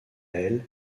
elle